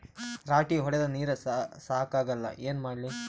ರಾಟಿ ಹೊಡದ ನೀರ ಸಾಕಾಗಲ್ಲ ಏನ ಮಾಡ್ಲಿ?